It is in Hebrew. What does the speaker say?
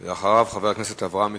אחריו, חבר הכנסת אברהם מיכאלי.